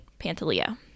Pantaleo